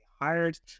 hired